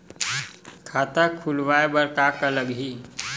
खाता खुलवाय बर का का लगही?